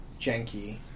janky